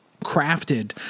crafted